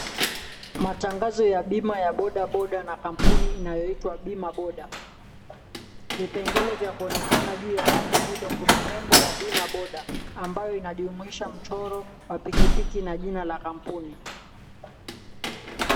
Matangazo ya bima ya bodaboda na kampuni inayoitwa Bima Boda, vipengele vya kuonekana juu ya bango hilo kuna nembo ya Bima Boda ambayo inajumuisha mchoro wa pikipiki na jina la kampuni.